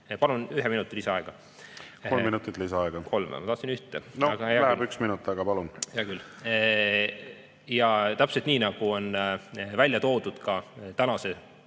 Palun ühe minuti lisaaega. Kolm minutit lisaaega. Kolm? Ma tahtsin ühte. No läheb üks minut. Aga palun! Hea küll. Täpselt nii, nagu on välja toodud ka tänases